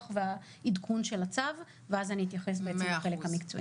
והעדכון של הצו ואז אני אתייחס לחלק המקצועי.